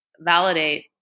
validate